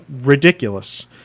ridiculous